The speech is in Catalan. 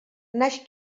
naix